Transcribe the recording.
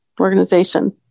organization